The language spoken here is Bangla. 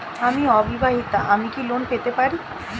আমি অবিবাহিতা আমি কি লোন পেতে পারি?